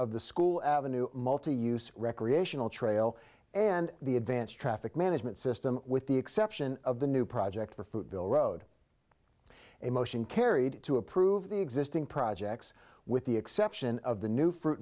of the school avenue multi use recreational trail and the advance traffic management system with the exception of the new project for food bill road a motion carried to approve the existing projects with the exception of the new f